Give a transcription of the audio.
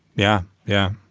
yeah. yeah.